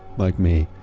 like me.